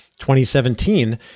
2017